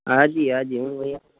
હાજી હાજી